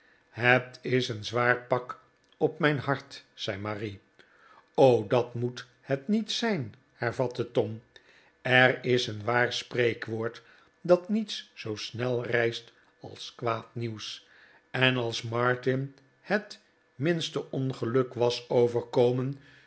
het is een zwaar pak op mijn hart zei marie o t dat moet het niet zijn hervatte tom er is een waar spreekwoord dat niets zoo snelreist als kwaad nieuws en als martin het minste ongeluk was overkomen